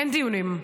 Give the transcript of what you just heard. אין דיונים.